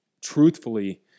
truthfully